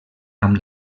amb